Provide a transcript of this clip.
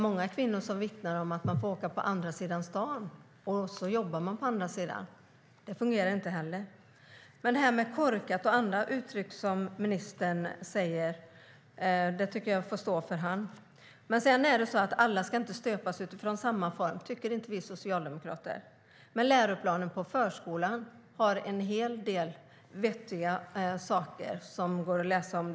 Många kvinnor vittnar om att de jobbar på en sida av staden men får åka till en annan sida. Det fungerar inte heller. De uttryck som ministern använder, som "korkat" och andra, får stå för honom. Alla ska inte stöpas i samma form. Det tycker inte vi socialdemokrater. Läroplanen för förskolan har en hel del vettiga saker som det går att läsa om.